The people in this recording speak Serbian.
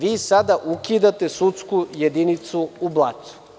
Vi sada ukidate sudsku jedinicu u Blacu.